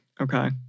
Okay